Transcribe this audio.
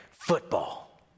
football